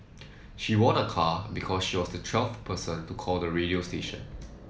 she won a car because she was the twelfth person to call the radio station